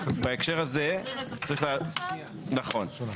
בהקשר הזה, צריך, נכון,